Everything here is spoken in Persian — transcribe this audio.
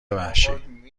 وحشی